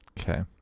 okay